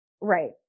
Right